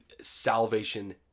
salvation